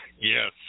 Yes